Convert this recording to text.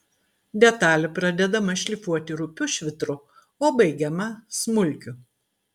detalė pradedama šlifuoti rupiu švitru o baigiama smulkiu